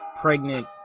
pregnant